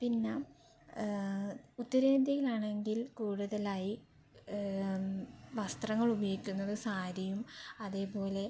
പിന്നെ ഉത്തരേന്ത്യയിൽ ആണെങ്കിൽ കൂടുതലായി വസ്ത്രങ്ങൾ ഉപയോഗിക്കുന്നത് സാരിയും അതേപോലെ